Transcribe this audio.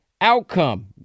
outcome